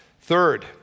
Third